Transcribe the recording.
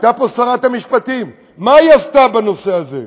הייתה פה שרת המשפטים, מה היא עשתה בנושא הזה?